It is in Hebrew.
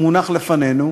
מונח לפנינו.